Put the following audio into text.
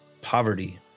poverty